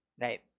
right